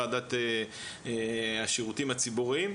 ועדת השירותים הציבוריים,